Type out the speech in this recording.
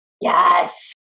Yes